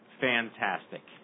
fantastic